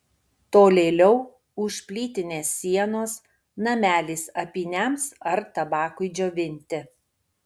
tolėliau už plytinės sienos namelis apyniams ar tabakui džiovinti